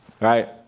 Right